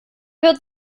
wird